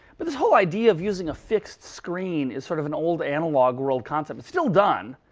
but this whole idea of using a fixed screen is sort of an old analog world concept. it's still done.